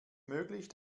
möglich